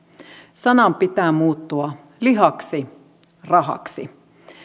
sanan pitää muuttua lihaksi rahaksi